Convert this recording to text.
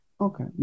Okay